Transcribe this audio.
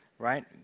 Right